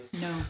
No